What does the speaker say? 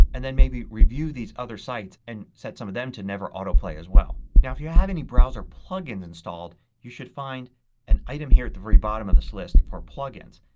and then maybe review these other sites and set some of them to never auto play as well. now if you have any browser plug-ins installed you should find an item here at the very bottom of this list for plug-ins.